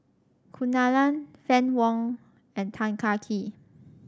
Kunalan Fann Wong and Tan Kah Kee